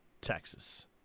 Texas